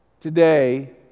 Today